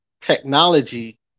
technology